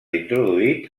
introduït